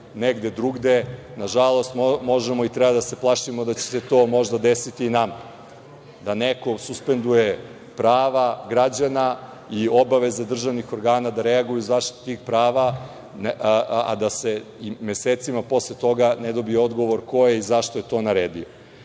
negde drugde, nažalost možemo i treba da se plašimo da će se to možda desiti i nama. Da neko suspenduje prava građana i obaveze državnih organa da reaguju u zaštiti prava, a da se mesecima posle toga ne dobija odgovor ko je i zašto to naredio. Mogli